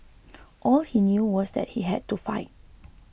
all he knew was that he had to fight